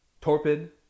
torpid